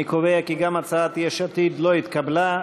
אני קובע שגם הצעת יש עתיד לא התקבלה.